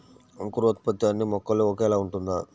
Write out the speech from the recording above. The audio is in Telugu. అంకురోత్పత్తి అన్నీ మొక్కలో ఒకేలా ఉంటుందా?